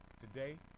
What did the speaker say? today